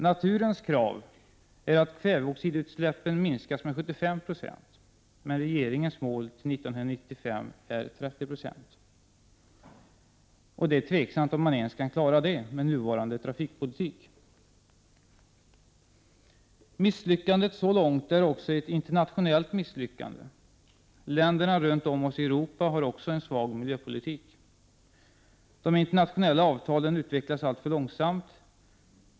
Naturens krav är att kväveoxidutsläppen minskas med 75 26, men regeringens mål för 1995 är 30 96. Det är tveksamt om man ens kan klara det med nuvarande trafikpolitik. Misslyckandet så långt är också ett internationellt misslyckande. Länderna runt om oss i Europa har också en svag miljöpolitik. De internationella avtalen utvecklas alltför långsamt.